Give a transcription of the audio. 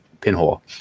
pinhole